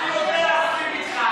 אני נוטה להסכים איתך.